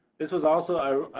this is also,